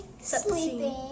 sleeping